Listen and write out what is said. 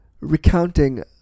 recounting